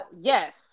Yes